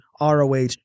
ROH